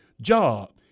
job